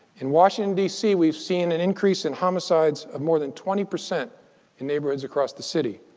in washington dc, we've seen an increase in homicides of more than twenty percent in neighborhoods across the city.